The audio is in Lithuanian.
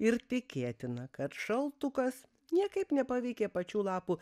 ir tikėtina kad šaltukas niekaip nepaveikė pačių lapų